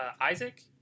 Isaac